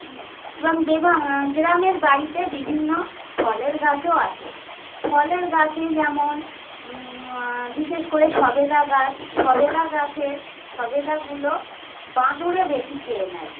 এবং বেভা গ্রামের বাড়িতে বিভিন্ন ফলের গাছও আছে ফলের গাছে যেমন বিশেষ করে সবেদা গাছ সবেদা গাছের সবেদাগুলো বাঁদরে বেশি খেয়ে নেয়